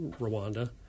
Rwanda